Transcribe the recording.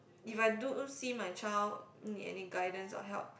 if I do see my child need any guidance or help